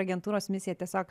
agentūros misija tiesiog